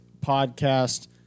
podcast